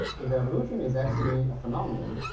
if evolution is actually a phenomenon,